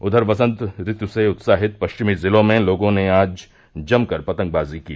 उधर वसंत ऋतु से उत्साहित पश्चिमी जिलों में लोगों ने आज जमकर पतंगबाजी की